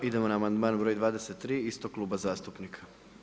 Idemo na amandman broj 23 istog kluba zastupnika.